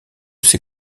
ses